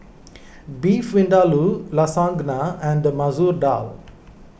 Beef Vindaloo Lasagna and Masoor Dal